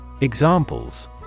Examples